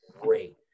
great